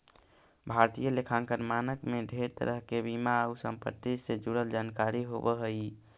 भारतीय लेखांकन मानक में ढेर तरह के बीमा आउ संपत्ति से जुड़ल जानकारी होब हई